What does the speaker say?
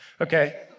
Okay